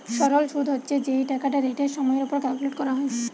সরল শুদ হচ্ছে যেই টাকাটা রেটের সময়ের উপর ক্যালকুলেট করা হয়